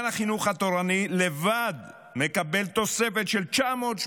לא המצאתי,